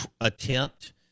attempt